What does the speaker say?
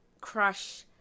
crush